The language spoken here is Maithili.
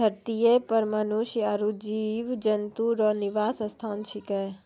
धरतीये पर मनुष्य आरु जीव जन्तु रो निवास स्थान छिकै